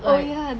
oh ya